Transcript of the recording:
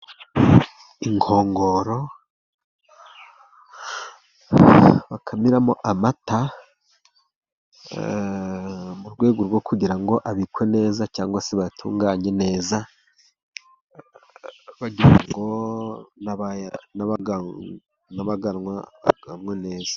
Inkongoro bakamiramo amata. Mu rwego rwo kugira ngo abikwe neza cyangwa se bayatunganye neza, bagira ngo abayanwa bayanwe neza.